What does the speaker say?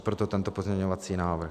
Proto tento pozměňovací návrh.